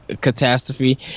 catastrophe